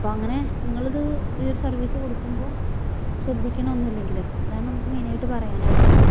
അപ്പങ്ങനെ നിങ്ങളത് സർവ്വീസ് കൊടുക്കുമ്പോൾ ശ്രദ്ധിക്കണം ഒന്നൂല്ലങ്കിൽ അതാണ് നമുക്ക് മെയ്നായിട്ട് പറയാനായിട്ടുള്ളത്